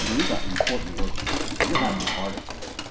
you know we got important work to do here. you're having a heart attack.